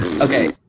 Okay